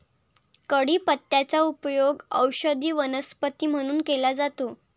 कढीपत्त्याचा उपयोग औषधी वनस्पती म्हणून केला जातो